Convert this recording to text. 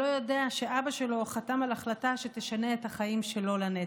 שלא יודע שאבא שלו חתם על החלטה שתשנה את החיים שלו לנצח.